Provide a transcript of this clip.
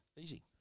Easy